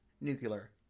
nuclear